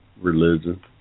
religion